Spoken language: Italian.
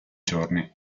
giorni